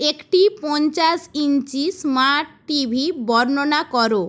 একটি পঞ্চাশ inch smart TV বর্ণনা করো